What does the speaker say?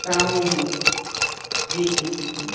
साम्हूं हूंदव जी जी जी